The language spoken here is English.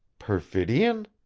perfidion?